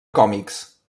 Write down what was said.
còmics